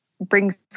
brings